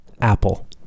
Apple